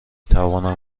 توانم